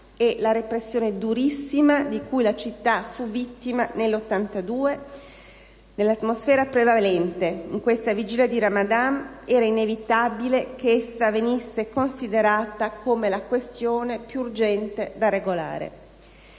e la repressione durissima di cui la città fu vittima nel 1982, nell'atmosfera prevalente in questa vigilia di Ramadan era inevitabile che essa venisse considerata come la questione più urgente da regolare.